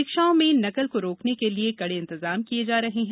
परीक्षाओं में नकल को रोकने के लिए कड़े इंतजाम किये हैं